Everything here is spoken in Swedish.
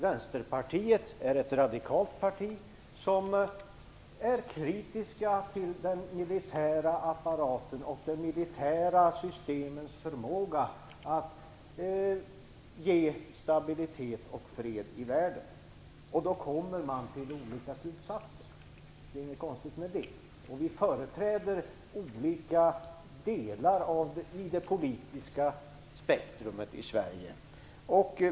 Vänsterpartiet är ett radikalt parti som är kritiskt till den militära apparaten och de militära systemens förmåga att ge stabilitet och fred i världen. Då kommer man till olika slutsatser. Det är inget konstigt med det. Vi företräder olika delar av det politiska spektrumet i Sverige.